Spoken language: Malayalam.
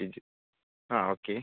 ബിജു അ ഓക്കേ